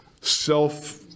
self